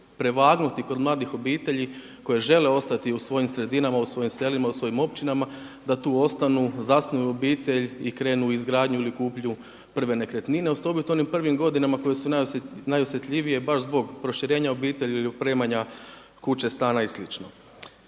prevagnuti kod mladih obitelji koje žele ostati u svojim sredinama, u svojim selima, u svojim općinama da tu ostanu, zasnuju obitelj i krenu u izgradnju ili kupnju prve nekretnine osobito u onim prvim godinama koje su najosjetljivije baš zbog proširenja obitelji ili opremanja kuće, stana i